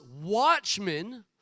watchmen